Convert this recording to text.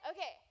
Okay